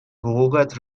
حقوقت